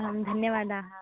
आम् धन्यवादाः